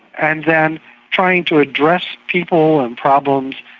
and then trying to address people and problems,